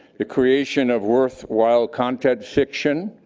the creation of worthwhile content fiction,